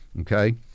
okay